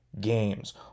games